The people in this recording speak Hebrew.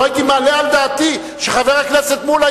לא הייתי מעלה על דעתי שחבר הכנסת מולה